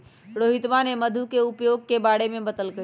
रोहितवा ने मधु के उपयोग के बारे में बतल कई